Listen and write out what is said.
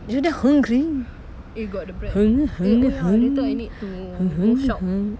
you are damn hungry